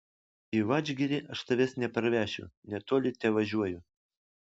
į vadžgirį aš tavęs neparvešiu netoli tevažiuoju